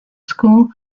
school